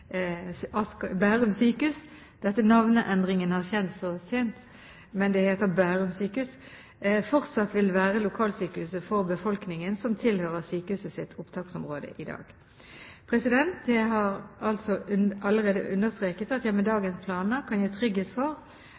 Sykehuset Asker og Bærum fortsatt vil være lokalsykehuset for befolkningen som tilhører sykehuset sitt opptaksområde i dag.» Jeg har altså allerede understreket at jeg med dagens planer kan gi trygghet for